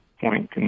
point